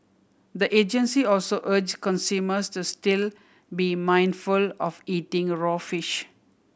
the agency also urge consumers to still be mindful of eating raw fish